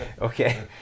Okay